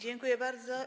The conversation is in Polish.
Dziękuję bardzo.